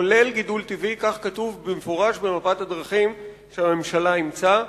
כך כתוב במפורש במפת הדרכים שהממשלה אימצה.